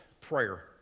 prayer